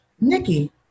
Nikki